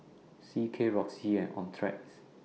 C K Roxy and Optrex